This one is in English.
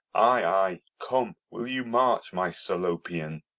ay, ay come, will you march, my salopian?